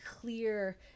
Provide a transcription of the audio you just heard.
clear